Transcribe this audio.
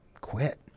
quit